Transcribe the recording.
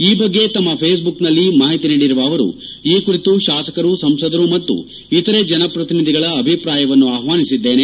ಈ ಬಗ್ಗೆ ತಮ್ಮ ಫೇಸ್ಬುಕ್ನಲ್ಲಿ ಮಾಹಿತಿ ನೀಡಿರುವ ಅವರು ಈ ಕುರಿತು ಶಾಸಕರು ಸಂಸದರು ಮತ್ತು ಇತರೆ ಜನಪ್ರತಿನಿಧಿಗಳ ಅಭಿಪ್ರಾಯಗಳನ್ನು ಆಹ್ವಾನಿಸಿದ್ದೇನೆ